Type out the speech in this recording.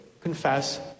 confess